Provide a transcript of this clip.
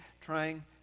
trying